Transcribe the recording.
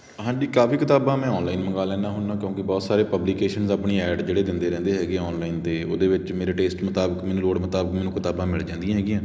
ਹਾਂਜੀ ਕਾਫ਼ੀ ਕਿਤਾਬਾਂ ਮੈਂ ਆਨਲਾਈਨ ਮੰਗਾ ਲੈਂਦਾ ਹੁੰਦਾ ਕਿਉਂਕਿ ਬਹੁਤ ਸਾਰੇ ਪਬਲੀਕੇਸ਼ਨ ਆਪਣੀਆਂ ਐਡ ਜਿਹੜੇ ਦਿੰਦੇ ਰਹਿੰਦੇ ਹੈਗੇ ਔਨਲਾਈਨ ਦੇ ਉਹਦੇ ਵਿੱਚ ਮੇਰੇ ਟੇਸਟ ਮੁਤਾਬਕ ਮੈਨੂੰ ਲੋੜ ਮੁਤਾਬਕ ਮੈਨੂੰ ਕਿਤਾਬਾਂ ਮਿਲ ਜਾਂਦੀਆਂ ਹੈਗੀਆਂ